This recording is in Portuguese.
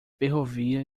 ferrovia